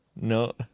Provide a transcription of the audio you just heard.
No